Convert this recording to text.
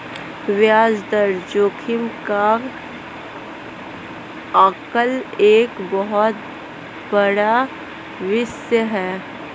ब्याज दर जोखिम का आकलन एक बहुत बड़ा विषय है